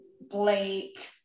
Blake